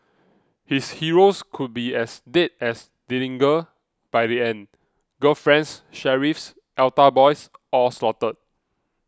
his heroes could be as dead as Dillinger by the end girlfriends sheriffs altar boys all slaughtered